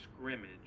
scrimmage